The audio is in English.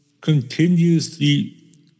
continuously